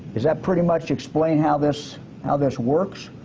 does that pretty much explain how this how this works?